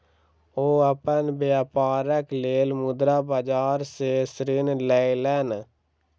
ओ अपन व्यापारक लेल मुद्रा बाजार सॅ ऋण लेलैन